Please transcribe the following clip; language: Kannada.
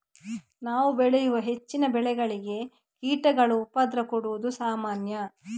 ನಾವು ಬೆಳೆಯುವ ಹೆಚ್ಚಿನ ಬೆಳೆಗಳಿಗೆ ಕೀಟಗಳು ಉಪದ್ರ ಕೊಡುದು ಸಾಮಾನ್ಯ